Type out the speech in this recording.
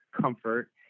comfort